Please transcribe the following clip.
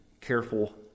careful